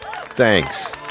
thanks